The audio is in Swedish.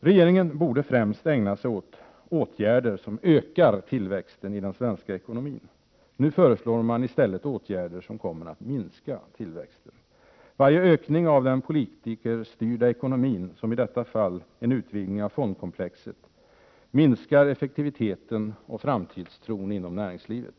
Regeringen borde främst ägna sig åt åtgärder som ökar tillväxten i den svenska ekonomin. Nu föreslår man i stället åtgärder som kommer att minska tillväxten. Varje ökning av den politikerstyrda ekonomin, som i detta fall en utvidgning av fondkomplexet, minskar effektiviteten och framtidstron inom näringslivet.